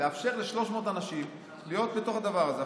לאפשר ל-300 אנשים להיות בתוך הדבר הזה.